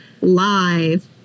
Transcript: live